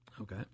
Okay